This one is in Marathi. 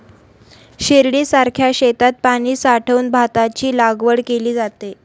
शिर्डीसारख्या शेतात पाणी साठवून भाताची लागवड केली जाते